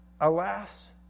Alas